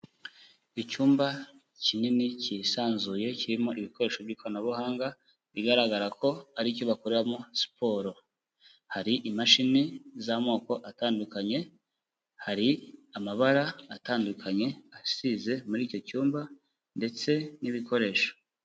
Icyumba kinini kisanzuye kirimo ibikoresho by'ikoranabuhanga, bigaragara ko ari icyo bakoreramo siporo, hari imashini z'amoko atandukanye, hari amabara atandukanye asize muri icyo cyumba ndetse n'ibikoresho.